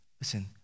Listen